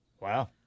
Wow